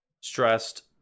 stressed